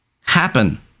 happen